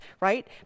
right